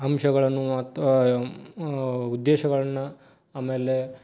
ಅಂಶಗಳನ್ನು ಮತ್ತು ಉದ್ದೇಶಗಳನ್ನ ಆಮೇಲೆ